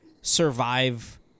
survive